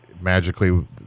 magically